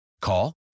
Call